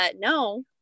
no